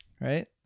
Right